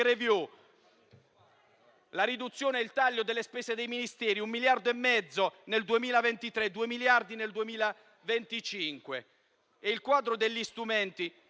con la riduzione e il taglio delle spese dei Ministeri: un miliardo e mezzo nel 2023 e due miliardi nel 2025. Il quadro degli strumenti